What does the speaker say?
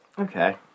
Okay